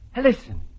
Listen